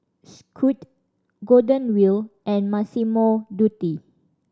Scoot Golden Wheel and Massimo Dutti